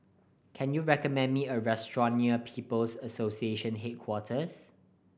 can you recommend me a restaurant near People's Association Headquarters